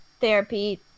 therapy